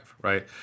right